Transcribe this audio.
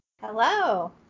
Hello